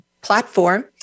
platform